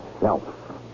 self